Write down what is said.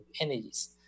energies